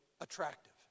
attractive